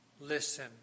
listen